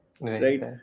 right